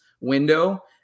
window